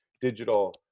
digital